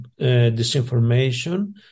disinformation